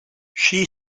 she